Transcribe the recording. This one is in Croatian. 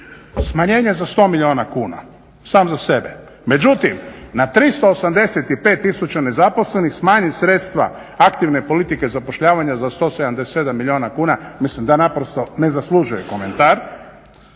smanjenje za 100 milijuna kuna sam za sebe, međutim na 385 tisuća nezaposlenih smanjit sredstva aktivne politike zapošljavanja za 177 milijuna kuna mislim da naprosto ne zaslužuje komentar.